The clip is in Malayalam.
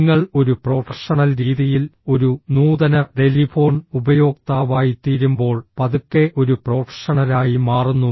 നിങ്ങൾ ഒരു പ്രൊഫഷണൽ രീതിയിൽ ഒരു നൂതന ടെലിഫോൺ ഉപയോക്താവായിത്തീരുമ്പോൾ പതുക്കെ ഒരു പ്രൊഫഷണലായി മാറുന്നു